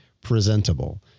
presentable